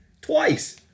Twice